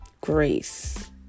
grace